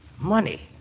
Money